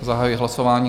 Zahajuji hlasování.